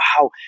wow